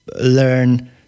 learn